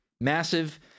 massive